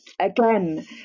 again